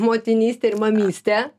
motinystę ir mamystę